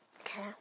Okay